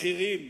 הבכירים